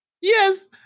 Yes